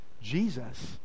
Jesus